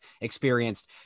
experienced